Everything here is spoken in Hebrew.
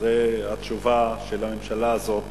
התשובה של הממשלה הזאת